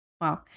Wow